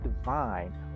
divine